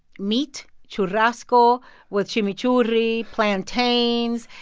meat, churrasco with chimichurri, plantains,